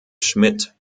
schmidt